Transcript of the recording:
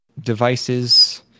devices